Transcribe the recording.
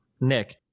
Nick